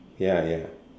ya ya